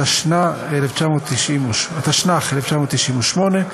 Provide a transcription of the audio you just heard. התשנ"ח 1998,